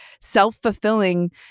self-fulfilling